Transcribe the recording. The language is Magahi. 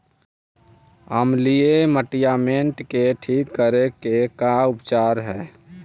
अमलिय मटियामेट के ठिक करे के का उपचार है?